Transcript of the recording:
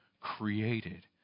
created